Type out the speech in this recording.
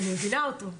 אני מבינה איתו,